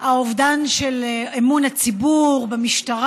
האובדן של אמון הציבור במשטרה,